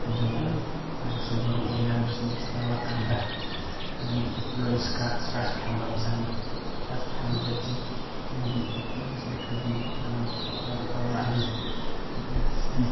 ꯑꯗꯨꯅ ꯅꯪꯁꯦ ꯃꯔꯨ ꯑꯣꯏꯅ ꯕꯤꯖꯤꯅꯦꯁ ꯇꯧꯔꯀꯥꯟꯗ ꯅꯪꯒꯤ ꯏꯝꯄ꯭ꯂꯣꯌꯤꯁꯀ ꯇ꯭ꯔꯁ ꯊꯝꯕ ꯑꯃ ꯆꯪꯉꯤ ꯇ꯭ꯔꯁ ꯊꯝꯗ꯭ꯔꯗꯤ ꯅꯪꯒꯤ ꯏꯝꯄ꯭ꯂꯣꯌꯤꯁꯅ ꯀꯔꯤꯒꯨꯝꯕ ꯅꯪꯕꯨ ꯁꯣꯛꯅꯕ ꯇꯧꯔꯛꯑꯗꯤ ꯅꯪꯁꯦ